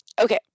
Okay